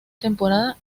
temporada